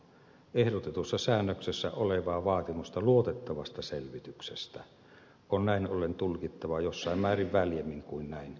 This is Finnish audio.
ehdotetussa säännöksessä olevaa vaatimusta luotettavasta selvityksestä on näin ollen tulkittava jossain määrin väljemmin kuin mitä näin muotoilluilla säännöksillä yleensä tarkoitetaan